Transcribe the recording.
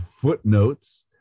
footnotes